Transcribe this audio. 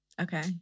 Okay